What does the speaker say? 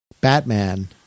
Batman